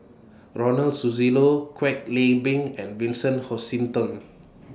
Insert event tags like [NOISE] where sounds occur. Ronald Susilo Kwek Leng Beng and Vincent Hoisington [NOISE]